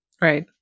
Right